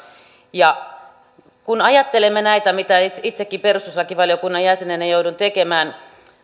ja tämä voisi olla hyvä kun ajattelemme näitä punnintoja mitä itsekin perustuslakivaliokunnan jäsenenä joudun tekemään